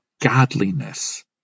godliness